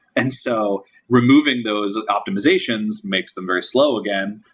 and so removing those optimizations makes them very slow again,